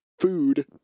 food